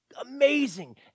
amazing